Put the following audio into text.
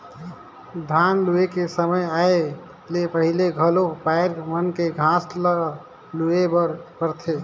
धान लूए के समे आए ले पहिले घलो पायर मन के घांस ल लूए बर परथे